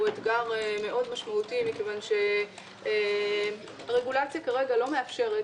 אתגר משמעותי מאוד מכיוון שהרגולציה כרגע לא מאפשרת